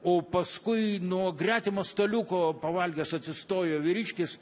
o paskui nuo gretimo staliuko pavalgęs atsistojo vyriškis